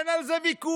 אין על זה ויכוח,